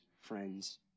friends